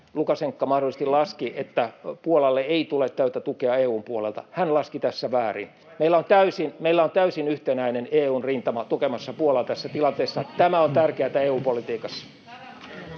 ristiriitaisia käsityksiä, Puolalle ei tule täyttä tukea EU:n puolelta, niin hän laski tässä väärin. Meillä on täysin yhtenäinen EU:n rintama tukemassa Puolaa tässä tilanteessa. Tämä on tärkeätä EU-politiikassa.